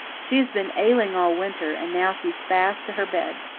she has been ailing all winter, and now she's fast to her bed.